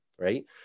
right